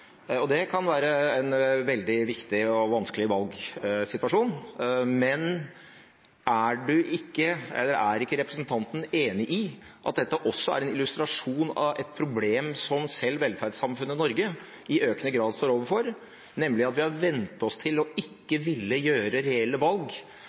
Vestlandet. Det kan være en veldig viktig og vanskelig valgsituasjon, men er ikke representanten enig i at dette også er en illustrasjon på et problem som selv velferdssamfunnet Norge i økende grad står overfor, nemlig at vi har vent oss til ikke å